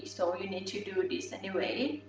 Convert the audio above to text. so you need to do this anyway.